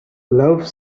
love